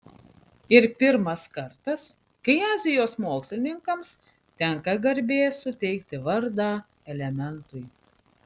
ir pirmas kartas kai azijos mokslininkams tenka garbė suteikti vardą elementui